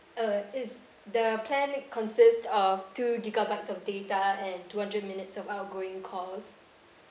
uh it's the plan consists of two gigabytes of data and two hundred minutes of outgoing calls